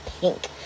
pink